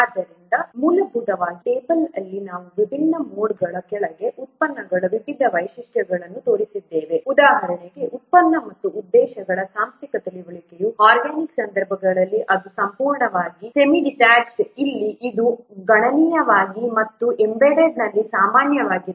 ಆದ್ದರಿಂದ ಇಲ್ಲಿ ಮೂಲಭೂತವಾಗಿ ಈ ಟೇಬಲ್ ಅಲ್ಲಿ ನಾವು ವಿಭಿನ್ನ ಮೋಡ್ಗಳ ಕೆಳಗೆ ಉತ್ಪನ್ನಗಳ ವಿಭಿನ್ನ ವೈಶಿಷ್ಟ್ಯಗಳನ್ನು ತೋರಿಸಿದ್ದೇವೆ ಉದಾಹರಣೆಗೆ ಉತ್ಪನ್ನ ಮತ್ತು ಉದ್ದೇಶಗಳ ಸಾಂಸ್ಥಿಕ ತಿಳುವಳಿಕೆಯು ಆರ್ಗ್ಯಾನಿಕ್ ಸಂದರ್ಭದಲ್ಲಿ ಅದು ಸಂಪೂರ್ಣವಾಗಿದೆ ಸೆಮಿಡಿಟ್ಯಾಚ್ಡ್ ಅಲ್ಲಿ ಇದು ಗಣನೀಯವಾಗಿದೆ ಮತ್ತು ಎಂಬೆಡೆಡ್ ಅಲ್ಲಿ ಸಾಮಾನ್ಯವಾಗಿದೆ